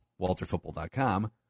walterfootball.com